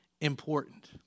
important